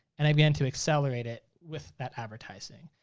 and i began to accelerate it with that advertising.